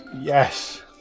Yes